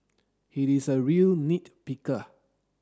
he is a real nit picker